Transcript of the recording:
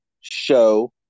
show